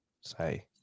say